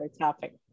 topic